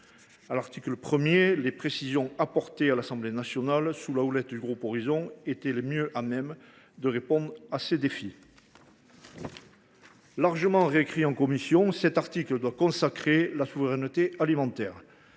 À l’article 1, les précisions apportées à l’Assemblée nationale, sous la houlette du groupe Horizons & Indépendants, étaient les plus susceptibles de répondre à ces défis. Largement réécrit en commission, cet article doit consacrer la souveraineté alimentaire,